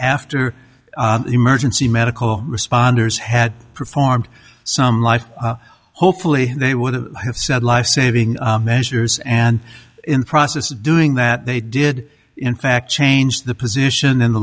after emergency medical responders had performed some life hopefully they would have said life saving measures and in the process of doing that they did in fact change the position in the